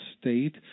state